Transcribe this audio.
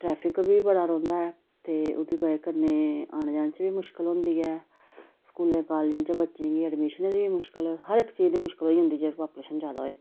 traffic बी बड़ा रौंहदा ऐ ते ओहदी बजह् कन्नै औने जाने च बी मुश्कल होंदी ऐ स्कूलें कालजें च बच्चें गी अडमिशनें दी बी मुश्कल हर इक चीज दी मुश्कल होई जंदी जे पापुलेशन जैदा होए ते